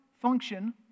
function